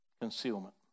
Concealment